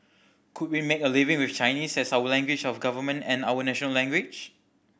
could we make a living with Chinese as our language of government and our national language